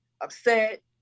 upset